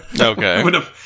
Okay